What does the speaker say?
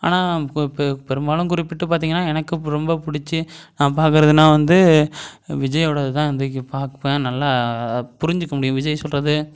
ஆனால் இப்போ பெ பெரும்பாலும் குறிப்பிட்டு பார்த்தீங்கன்னா எனக்கு இப்போ ரொம்ப பிடிச்சி நான் பார்க்கறதுனா வந்து விஜயோடது தான் இந்தக்கி பார்ப்பேன் நல்லா புரிஞ்சிக்க முடியும் விஜய் சொல்கிறது